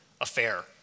affair